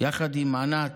יחד עם ענת,